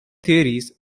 theories